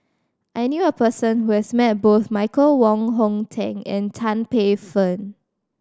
I knew a person who has met both Michael Wong Hong Teng and Tan Paey Fern